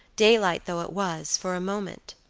daylight though it was, for a moment.